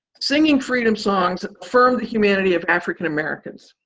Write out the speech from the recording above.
singing freedom songs affirmed the humanity of african-americans.